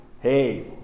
hey